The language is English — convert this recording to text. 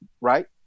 right